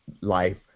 life